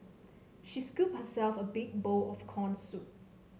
she scooped herself a big bowl of corn soup